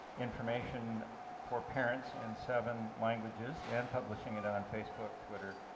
information for parents in seven languages and publishing it on facebook, twitter,